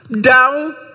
down